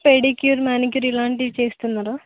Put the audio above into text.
pedicure manicure ఇలాంటివి చేస్తున్నరా